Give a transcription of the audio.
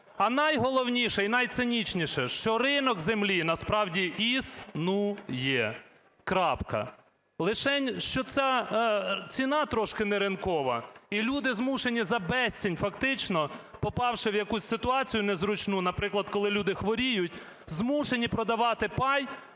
А найголовніше і найцинічніше, що ринок землі насправді існує. Крапка. Лишень, що ця ціна трошки не ринкова і люди змушені за безцінь фактично, попавши в якусь ситуацію незручну, наприклад, коли люди хворіють, змушені продавати пай,